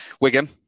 Wigan